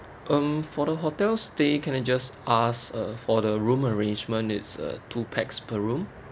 hmm for the hotel stay can I just ask uh for the room arrangement needs uh two pax per room